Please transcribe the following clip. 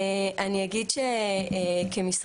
אני אגיד שכמשרד,